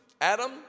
Adam